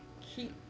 keep